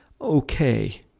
okay